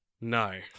No